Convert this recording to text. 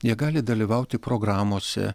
jie gali dalyvauti programose